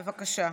בבקשה.